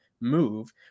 move